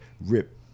rip